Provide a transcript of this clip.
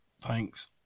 Thanks